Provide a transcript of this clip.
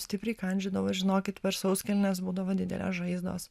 stipriai kandžiodavo žinokit per sauskelnes būdavo didelės žaizdos